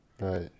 Right